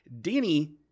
Danny